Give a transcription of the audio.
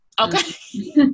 Okay